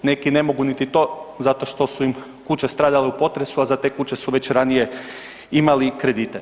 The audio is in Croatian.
Neki ne mogu niti to zato što su im kuće stradale u potresu a za te kuće su već ranije imali kredite.